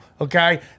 Okay